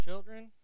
Children